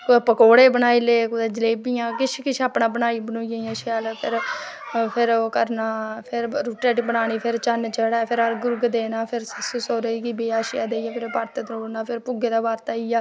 कुदै पकोड़े बनाई ले कुदै जलेबियां किश किश अपना बनाई बनुईयै इ'यां शैल फिर ओह् करना फिर रुट्टी राट्टी बनानी फिर चन्न चढै फिर अर्ग उर्ग देना फिर ससु सौह्रे गी बेआ श्याह् देईयै फिर ब्रत तरोड़ना ते और फिर भुग्गे दा ब्रत आईया